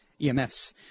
EMFs